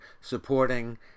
supporting